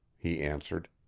he answered.